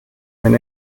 wenn